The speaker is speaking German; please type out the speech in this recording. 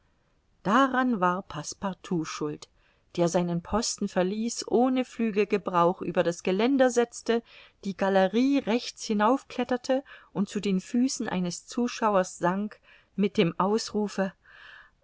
daran war passepartout schuld der seinen posten verließ ohne flügelgebrauch über das geländer setzte die galerie rechts hinaufkletterte und zu den füßen eines zuschauers sank mit dem ausrufe